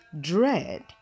dread